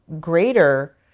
greater